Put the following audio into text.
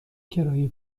کرایه